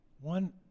One